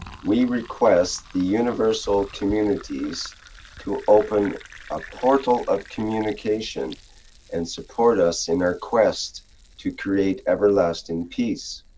we request the universal communities to open a portal of communication and support us in our quest to create everlasting peace.